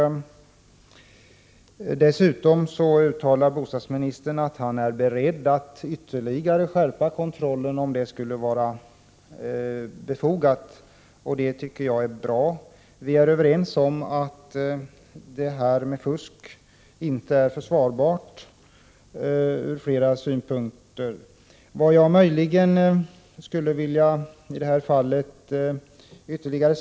Dessutom uttalar bostadsministern att han är beredd att ytterligare skärpa kontrollen, om det skulle vara befogat. Det tycker jag är bra. Vi är från flera synpunkter överens om att fusk inte är försvarbart.